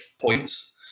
points